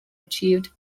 achieved